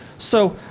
so,